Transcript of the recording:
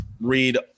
read